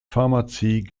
pharmazie